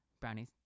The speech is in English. brownies